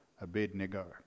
Abednego